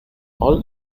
all